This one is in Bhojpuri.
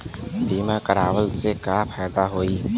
बीमा करवला से का फायदा होयी?